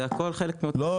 זה הכול חלק מאותו --- לא,